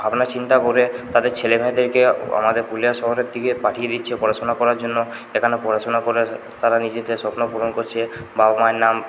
ভাবনা চিন্তা করে তাদের ছেলেমেয়েদেরকে আমাদের পুরুলিয়া শহরের দিকে পাঠিয়ে দিচ্ছে পড়াশোনা করার জন্য এখানে পড়াশোনা করে তারা নিজেদের স্বপ্ন পূরণ করছে বাবা মায়ের নাম